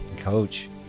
coach